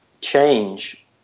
change